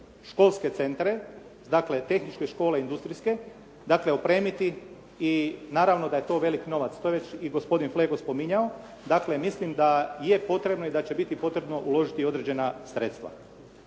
školske centre, dakle tehničke škole i industrijske opremiti i naravno da je to velik novac. To je već i gospodin Flego spominjao, dakle mislim da je potrebno i da će biti potrebno biti uložiti i određena sredstva.